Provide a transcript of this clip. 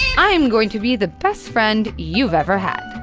i'm going to be, the best friend you've ever had.